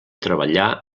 treballar